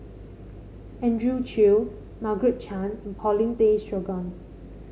Andrew Chew Margaret Chan and Paulin Tay Straughan